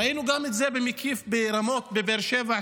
ראינו גם את זה במקיף ברמות בבאר שבע,